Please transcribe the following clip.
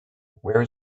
where